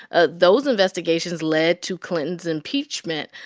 ah those investigations led to clinton's impeachment.